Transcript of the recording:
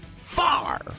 far